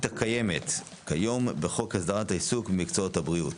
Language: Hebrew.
הקיימת כיום בחוק הסדרת העיסוק במקצועות הבריאות.